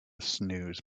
snooze